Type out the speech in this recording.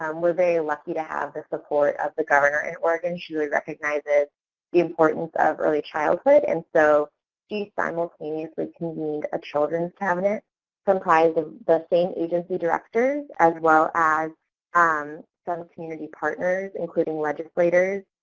um we are very lucky to have the support of the governor in oregon. she recognizes the importance of early childhood, and so she simultaneously convened a children's cabinet comprised of the same agency directors as well as um some community partners, including legislators,